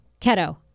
keto